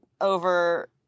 over